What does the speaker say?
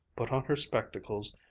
put on her spectacles,